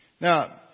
Now